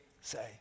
say